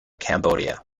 cambodia